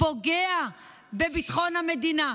פוגע בביטחון המדינה.